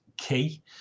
key